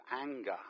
anger